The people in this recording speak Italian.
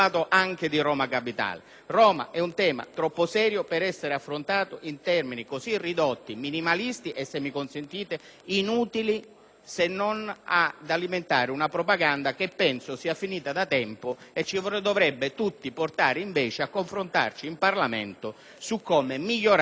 Roma è un tema troppo serio per essere affrontato in termini così ridotti, minimalisti e - se mi consentite - inutili se non ad alimentare una propaganda che penso sia finita da tempo e che ci dovrebbe tutti portare invece a confrontarci in Parlamento su come migliorare il sistema di Governo